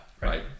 right